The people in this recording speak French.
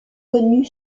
connue